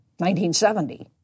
1970